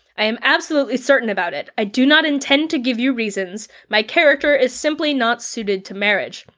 i am absolutely certain about it. i do not intend to give you reasons, my character is simply not suited to marriage.